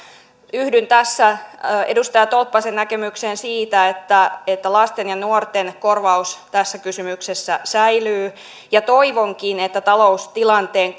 yhdyn tässä edustaja tolppasen näkemykseen siitä että että lasten ja nuorten korvaus tässä kysymyksessä säilyy ja toivonkin että taloustilanteen